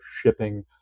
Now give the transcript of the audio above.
shipping